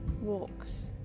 Walks